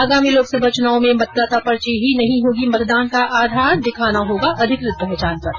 आगामी लोकसभा चुनाव में मतदाता पर्ची ही नहीं होगी मतदान का आधार दिखाना होगा अधिकृत पहचान पत्र